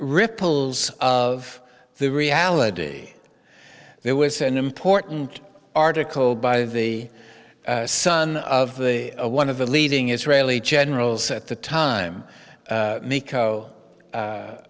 ripples of the reality there was an important article by the son of the one of the leading israeli generals at the time